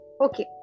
okay